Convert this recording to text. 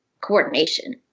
coordination